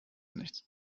nichts